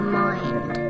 mind